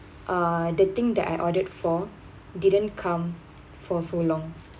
uh the thing that I ordered for didn't come for so long